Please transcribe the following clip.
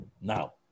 now